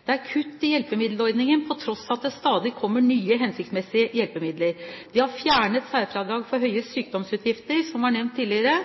Det er kutt i hjelpemiddelordningen på tross av at det stadig kommer nye, hensiktsmessige hjelpemidler. De har fjernet særfradrag for høye sykdomsutgifter, som var nevnt tidligere,